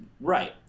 right